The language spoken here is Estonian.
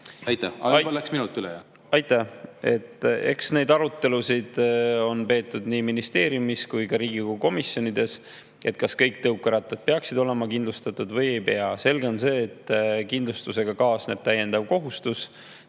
Aitäh! Mul läks minut üle,